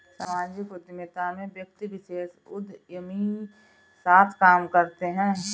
सामाजिक उद्यमिता में व्यक्ति विशेष उदयमी साथ काम करते हैं